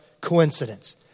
coincidence